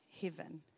heaven